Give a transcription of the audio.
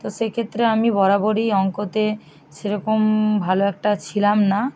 তো সেক্ষেত্রে আমি বরাবরই অঙ্কতে সেরকম ভালো একটা ছিলাম না